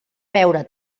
veure